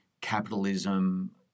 capitalism